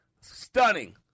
Stunning